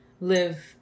live